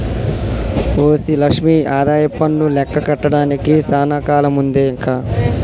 OC Lakshmi ఆదాయపన్ను లెక్క కట్టడానికి సానా కాలముందే ఇంక